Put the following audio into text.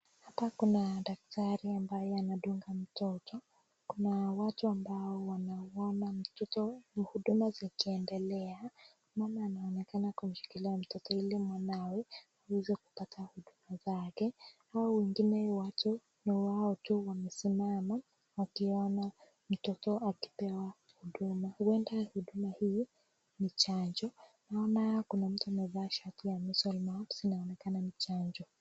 Hapa Kuna daktari ambayo anadunga mtoto Kuna watu ambao wanaona mtoto muhudumu zikiendelea mama anaonekana akishikilia mtoto hili mamawe awese apate mtoto wake wale wengine watu na wao wanasimama wakiona mtoto akipewana duma uenda huduma hii ni chanjo naona mtu anafaa shati.